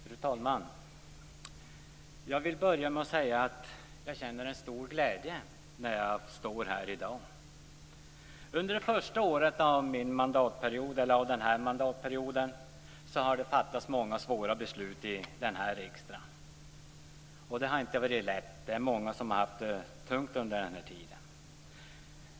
Fru talman! Jag vill börja med att säga att jag känner en stor glädje när jag står här i dag. Under det första året av den här mandatperioden har det fattats många svåra beslut här i riksdagen. Det har inte varit lätt. Många har haft det tungt under den här tiden.